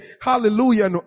Hallelujah